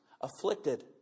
afflicted